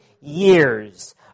years